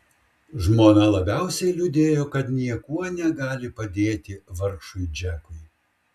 žmona labiausiai liūdėjo kad niekuo negali padėti vargšui džekui